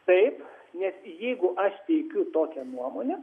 taip nes jeigu aš teikiu tokia nuomonė